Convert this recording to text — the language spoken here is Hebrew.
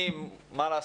מה לעשות,